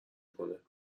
کنه